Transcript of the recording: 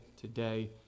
today